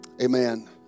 Amen